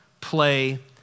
play